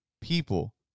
people